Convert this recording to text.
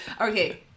Okay